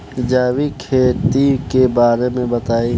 जैविक खेती के बारे में बताइ